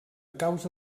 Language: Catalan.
causa